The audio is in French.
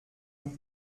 nous